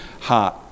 heart